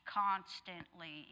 constantly